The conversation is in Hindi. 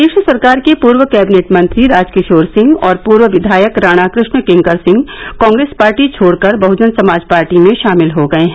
प्रदेश सरकार के पूर्व कैबिनेट मंत्री राजकिशोर सिंह और पूर्व विघायक राणा कृष्णकिंकर सिंह कॉग्रेस पार्टी छोड़कर बहुजन समाज पार्टी में शामिल हो गये हैं